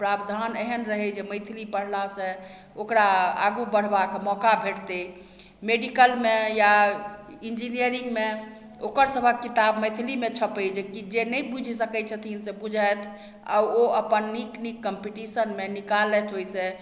प्रावधान एहन रहय जे मैथिली पढ़लासँ ओकरा आगू बढ़बाके मौका भेटतइ मेडीकलमे या इन्जीनियरिंगमे ओकर सभक किताब मैथिलीमे छपय जे कि जे नहि बुझि सकय छथिन से बुझथि आओर ओ अपन नीक नीक कम्पीटीशनमे निकालथि ओइसँ